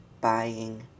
buying